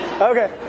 Okay